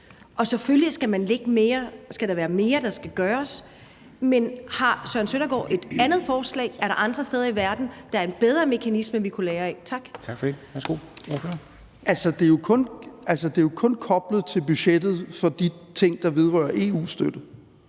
Og selvfølgelig er der mere, der skal gøres, men har Søren Søndergaard et andet forslag? Er der andre steder i verden, hvor der er en bedre mekanisme, vi kunne lære af? Tak. Kl. 11:34 Formanden (Henrik Dam Kristensen): Tak for det.